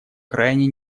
крайней